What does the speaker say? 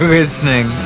listening